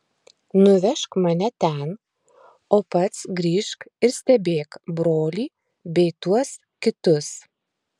nuvežk mane ten o pats grįžk ir stebėk brolį bei tuos kitus